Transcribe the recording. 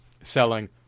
selling